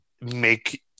make